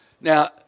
Now